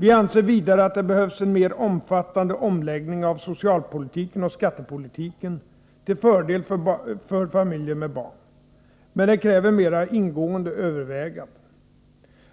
Vi anser vidare att det behövs en mera omfattande omläggning av socialpolitiken och skattepolitiken till fördel för familjer med barn. Men det kräver mera ingående överväganden.